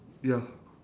ya